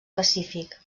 pacífic